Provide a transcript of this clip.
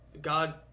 God